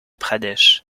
pradesh